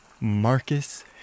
Marcus